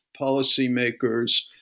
policymakers